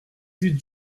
huit